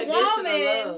woman